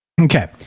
Okay